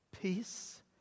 peace